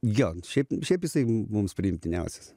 jo šiaip šiaip jisai mums priimtiniausias